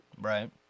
Right